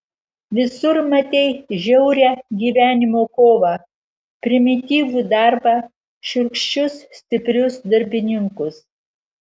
visur matei žiaurią gyvenimo kovą primityvų darbą šiurkščius stiprius darbininkus